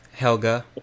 Helga